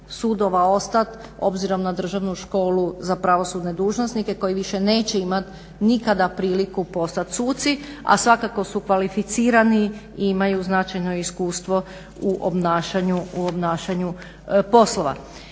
sudova ostat obzirom na državnu školu za pravosudne dužnosnike koji više neće imati nikada priliku postat suci, a svakako su kvalificirani, imaju značajno iskustvo u obnašanju poslova.